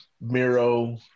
Miro